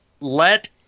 let